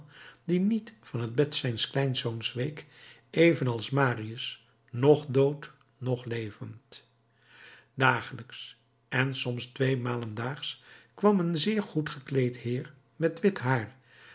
die niet van het bed zijns kleinzoons week evenals marius noch dood noch levend dagelijks en soms tweemalen daags kwam een zeer goed gekleed heer met wit haar dit